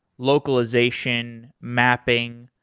localization, mapping,